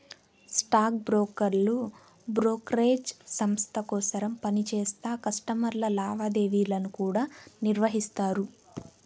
stock బ్రోకర్లు brokerage సంస్త కోసరం పనిచేస్తా కస్టమర్ల లావాదేవీలను కూడా నిర్వహిస్తారు